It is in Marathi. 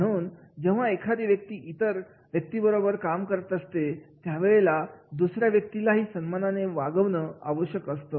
म्हणून जेव्हा एखादी व्यक्ती इतर तीन बरोबर काम करते त्यावेळेला दुसऱ्या व्यक्तीलाही सन्मानाने वागवणं आवश्यक असतं